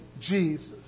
Jesus